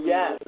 Yes